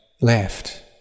left